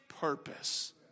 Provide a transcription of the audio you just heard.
purpose